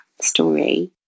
story